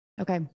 Okay